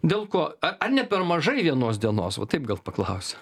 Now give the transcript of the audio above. dėl ko ar ne per mažai vienos dienos va taip gal paklausiu